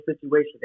situation